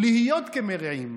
להיות כמרעים.